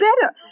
better